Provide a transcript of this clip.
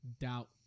doubt